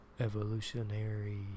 Evolutionary